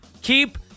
Keep